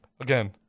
Again